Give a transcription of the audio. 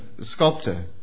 sculptor